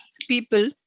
people